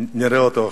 נראה אותו עכשיו.